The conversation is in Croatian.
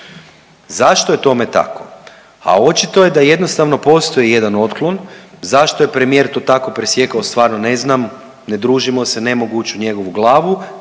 Zašto je tome tako? A očito je da jednostavno postoji jedan otklon zašto je premijer to tako presjekao stvarno ne znam, ne družimo se, ne mogu ući u njegovu glavu,